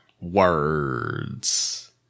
Words